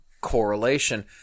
correlation